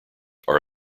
are